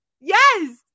Yes